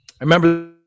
remember